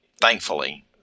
thankfully